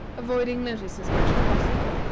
avoiding notice as much as possible,